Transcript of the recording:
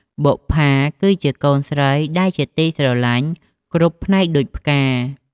បុប្ជា គឺជាកូនស្រីដែលជាទីស្រឡាញ់គ្រប់ផ្នែកដូចផ្កា។